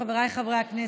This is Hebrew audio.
חבריי חברי הכנסת,